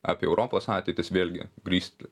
apie europos ateitis vėlgi grįst